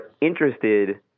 interested